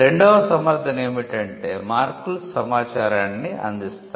రెండవ సమర్థన ఏమిటంటే మార్కులు సమాచారాన్ని అందిస్తాయి